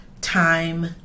time